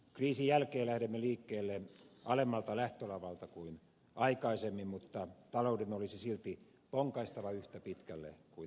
kriisin jälkeen lähdemme liikkeelle alemmalta lähtölavalta kuin aikaisemmin mutta talouden olisi silti ponkaistava yhtä pitkälle kuin ennen kriisiä